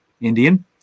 Indian